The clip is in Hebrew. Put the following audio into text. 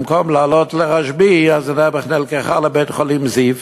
במקום לעלות לרשב"י היא נלקחה לבית-חולים זיו